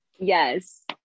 yes